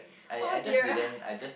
oh dear